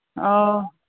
ꯑꯧ